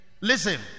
listen